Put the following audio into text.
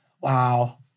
Wow